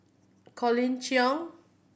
Colin Cheong